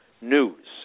news